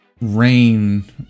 rain